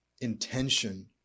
intention